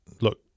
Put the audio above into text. look